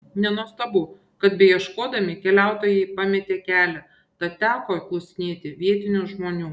nenuostabu kad beieškodami keliautojai pametė kelią tad teko klausinėti vietinių žmonių